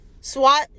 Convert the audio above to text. SWAT